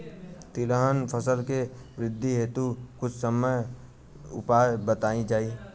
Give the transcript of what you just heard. तिलहन फसल के वृद्धी हेतु कुछ उपाय बताई जाई?